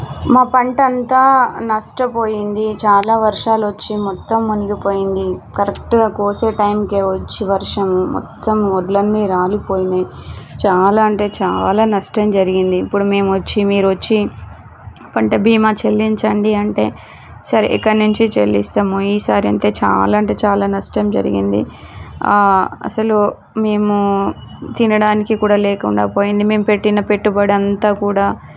మా పంట అంతా నష్టపోయింది చాలా వర్షాలు వచ్చి మొత్తం మునిగిపోయింది కరెక్ట్గా కోసే టైంకు వచ్చి వర్షం మొత్తం వడ్లు అన్నీ రాలిపోయినాయి చాలా అంటే చాలా నష్టం జరిగింది ఇప్పుడు మేము వచ్చి మీరు వచ్చి పంట బీమా చెల్లించండి అంటే సరే ఎక్కడ నుంచి చెల్లిస్తాము ఈసారి అంటే చాలా అంటే చాలా నష్టం జరిగింది అసలు మేము తినడానికి కూడా లేకుండా పోయింది మేము పెట్టిన పెట్టుబడి అంతా కూడా